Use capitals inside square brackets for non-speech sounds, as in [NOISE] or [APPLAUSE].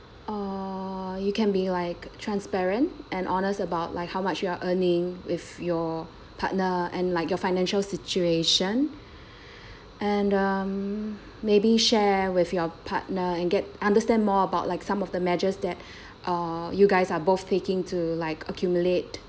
err you can be like transparent and honest about like how much you are earning with your partner and like your financial situation [BREATH] and um maybe share with your partner and get understand more about like some of the measures that uh you guys are both taking to like accumulate